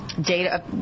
data